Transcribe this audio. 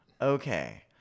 Okay